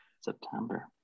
September